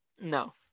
No